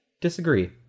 disagree